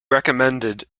recommended